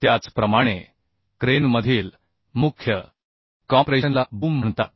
त्याचप्रमाणे क्रेनमधील मुख्य कॉम्प्रेशनला बूम म्हणतात